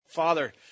Father